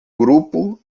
grupo